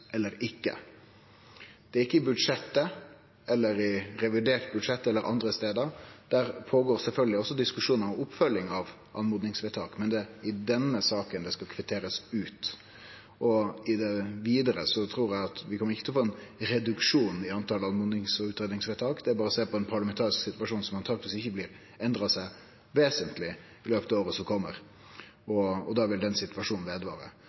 pågår det sjølvsagt diskusjonar om oppfølging av oppmodingsvedtak, men det er i denne saka det skal kvitterast ut. I det vidare trur eg ikkje vi kjem til å få ein reduksjon i oppmodings- og utgreiingsvedtak. Det er berre å sjå på den parlamentariske situasjonen, som truleg ikkje vil endre seg vesentleg i løpet av året som kjem, og da vil denne situasjonen